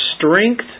strength